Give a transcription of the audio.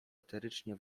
eterycznie